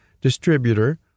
distributor